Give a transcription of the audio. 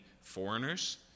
foreigners